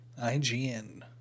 IGN